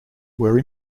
were